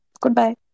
Goodbye